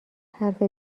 حرف